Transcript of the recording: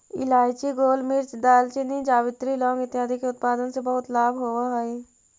इलायची, गोलमिर्च, दालचीनी, जावित्री, लौंग इत्यादि के उत्पादन से बहुत लाभ होवअ हई